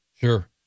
Sure